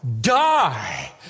die